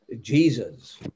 Jesus